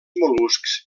mol·luscs